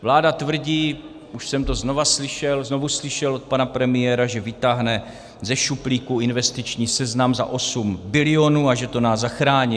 Vláda tvrdí, už jsem to znovu slyšel, znovu slyšel od pana premiéra, že vytáhne ze šuplíku investiční seznam za 8 bilionů a že to nás zachrání.